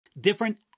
different